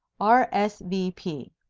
r. s. v. p.